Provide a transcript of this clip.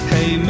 Hey